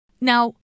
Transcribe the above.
Now